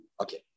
Okay